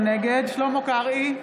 נגד שלמה קרעי,